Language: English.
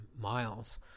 miles